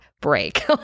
break